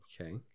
Okay